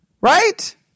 right